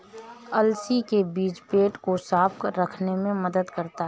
अलसी के बीज पेट को साफ़ रखने में मदद करते है